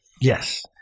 Yes